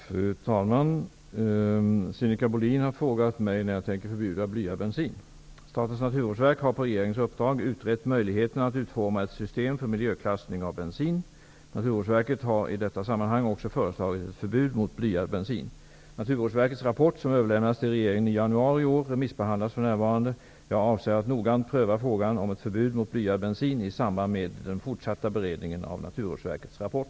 Fru talman! Sinikka Bohlin har frågat mig när jag tänker förbjuda blyad bensin. Statens naturvårdsverk har på regeringens uppdrag utrett möjligheterna att utforma ett system för miljöklassning av bensin. Naturvårdsverket har i detta sammanhang också föreslagit ett förbud mot blyad bensin. Naturvårdsverkets rapport, som överlämnades till regeringen i januari i år, remissbehandlas för närvarande. Jag avser att noggrant pröva frågan om ett förbud mot blyad bensin i samband med den fortsatta beredningen av Naturvårdsverkets rapport.